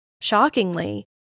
shockingly